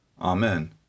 Amen